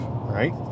right